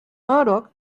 murdock